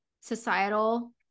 societal